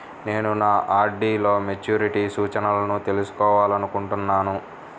నేను నా ఆర్.డీ లో మెచ్యూరిటీ సూచనలను తెలుసుకోవాలనుకుంటున్నాను